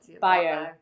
bio